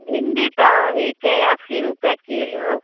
भिण्डी तऽ हइ के अस्सी रुपैए किलो